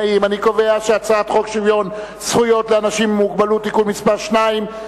להעביר את הצעת חוק שוויון זכויות לאנשים עם מוגבלות (תיקון מס' 2)